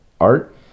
art